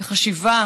לחשיבה